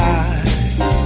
eyes